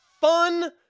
fun